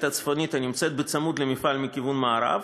הצפונית הנמצאת צמוד למפעל מכיוון מערב,